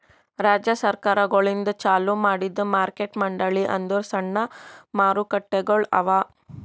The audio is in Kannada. ರಾಜ್ಯ ಸರ್ಕಾರಗೊಳಿಂದ್ ಚಾಲೂ ಮಾಡಿದ್ದು ಮಾರ್ಕೆಟ್ ಮಂಡಳಿ ಅಂದುರ್ ಸಣ್ಣ ಮಾರುಕಟ್ಟೆಗೊಳ್ ಅವಾ